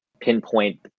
pinpoint